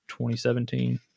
2017